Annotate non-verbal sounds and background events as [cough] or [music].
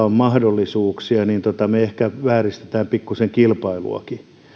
[unintelligible] on mahdollisuuksia ja niin me ehkä vääristämme pikkuisen kilpailuakin